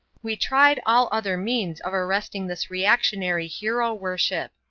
we tried all other means of arresting this reactionary hero worship.